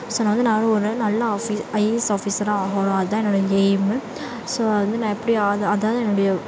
so நான் வந்து நான் வந்து ஒரு நாள் நல்ல ஆஃபி ஐஏஎஸ் ஆஃபிஸராக ஆகணும் அதுதான் என்னோட எயிம் ஸோ அது வந்து நான் எப்படி ஆதா அதுதாங்க என்னுடைய